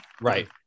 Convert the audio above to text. right